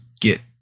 get